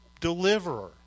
deliverer